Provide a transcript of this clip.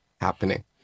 happening